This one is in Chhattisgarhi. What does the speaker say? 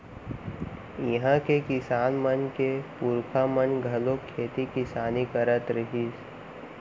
इहां के किसान मन के पूरखा मन घलोक खेती किसानी करत रिहिस